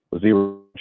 zero